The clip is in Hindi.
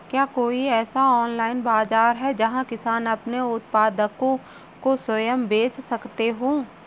क्या कोई ऐसा ऑनलाइन बाज़ार है जहाँ किसान अपने उत्पादकों को स्वयं बेच सकते हों?